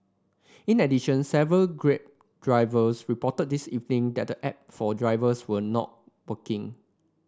in addition several Grab drivers reported this evening that the app for drivers were not working